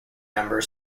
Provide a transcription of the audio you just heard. number